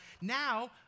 now